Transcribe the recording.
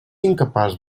incapaç